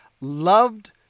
loved